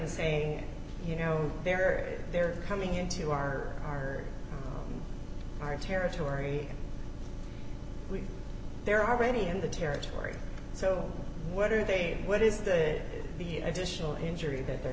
printer saying you know they're they're coming into our car or our territory we there are already in the territory so what are they what is the the additional injury that they're